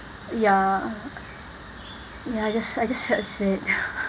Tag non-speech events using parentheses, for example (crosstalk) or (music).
ya ya I just I just felt sad (laughs)